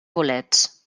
bolets